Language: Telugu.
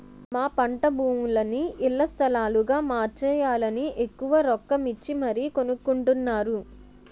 మా పంటభూములని ఇళ్ల స్థలాలుగా మార్చేయాలని ఎక్కువ రొక్కమిచ్చి మరీ కొనుక్కొంటున్నారు